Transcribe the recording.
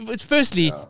firstly